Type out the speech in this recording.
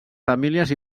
famílies